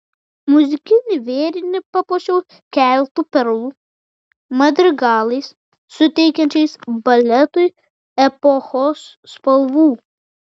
muzikinį vėrinį papuošiau keletu perlų madrigalais suteiksiančiais baletui epochos spalvų